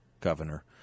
Governor